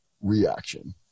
reaction